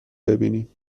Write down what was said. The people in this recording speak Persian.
ببینی